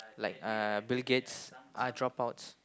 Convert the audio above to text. like uh Bill-Gates ah drop outs